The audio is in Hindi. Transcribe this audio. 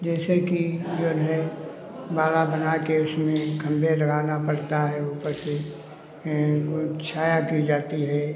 जैसे कि जौन है बाड़ा बना के उसमें खंबे लगाना पड़ता है ऊपर से ये कुल छाया की जाती है